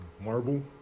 marble